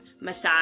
massage